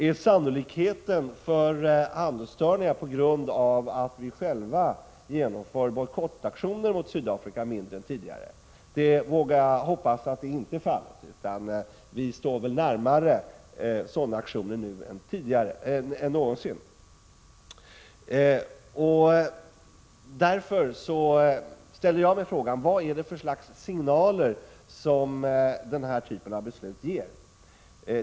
Är sannolikheten för handelsstörningar på grund av att vi själva genomför bojkottaktioner mot Sydafrika mindre än tidigare? Det vågar jag hoppas inte är fallet. Vi står väl närmare sådana sanktioner nu än någonsin. Vilket slags signaler innebär den här typen av beslut?